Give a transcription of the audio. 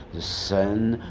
the sun,